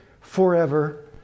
forever